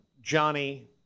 Johnny